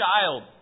child